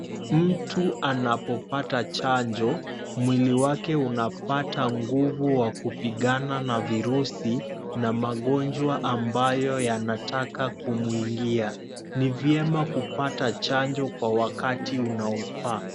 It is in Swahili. Mtu anapopata chanjo mwili wake unapata nguvu ya kupigana na virusi na magonjwa ambayo yanataka kumuingia, ni vyema kupata chanjo kwa wakati unaofaa.